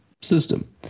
system